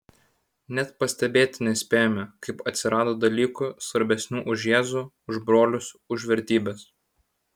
net pastebėti nespėjome kaip atsirado dalykų svarbesnių už jėzų už brolius už vertybes